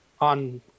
on